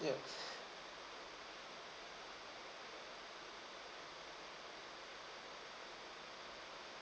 ya